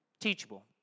Teachable